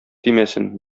тимәсен